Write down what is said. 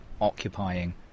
occupying